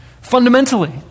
Fundamentally